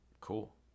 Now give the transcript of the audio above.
cool